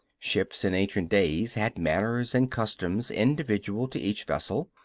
ships, in ancient days, had manners and customs individual to each vessel.